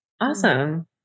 awesome